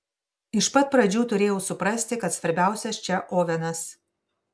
iš pat pradžių turėjau suprasti kad svarbiausias čia ovenas